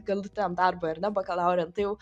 galutiniam darbui ar ne bakalauriniam tai jau